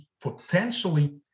potentially